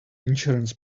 insurance